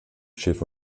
schiff